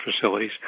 facilities